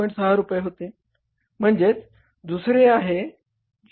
6 रुपये होते नंतर दुसरे आहे 0